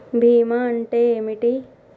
బీమా అంటే ఏమిటి?